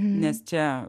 nes čia